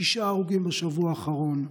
שישה הרוגים בשבוע האחרון,